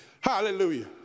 hallelujah